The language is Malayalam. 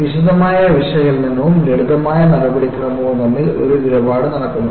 അതിനാൽ വിശദമായ വിശകലനവും ലളിതമായ നടപടിക്രമവും തമ്മിൽ ഒരു ഇടപാട് നടക്കുന്നു